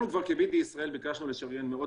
אנחנו כבר כ-DB ישראל ביקשנו לשריין מאות